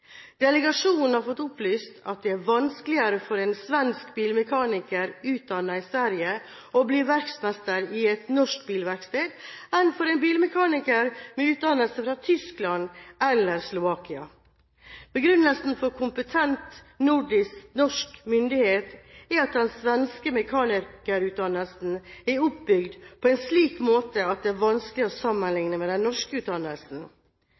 Delegasjonen har fått opplyst at det er vanskeligere for en svensk bilmekaniker utdannet i Sverige å bli verksmester i et norsk bilverksted enn for en bilmekaniker med utdannelse fra Tyskland eller Slovakia. Begrunnelsen fra kompetent norsk myndighet er at den svenske mekanikerutdannelsen er oppbygd på en slik måte at den er vanskelig å sammenligne med den norske utdannelsen.